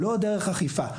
לא דרך אכיפה.